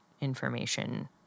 information